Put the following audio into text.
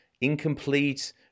incomplete